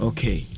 Okay